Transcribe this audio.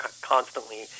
constantly